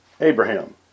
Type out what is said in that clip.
Abraham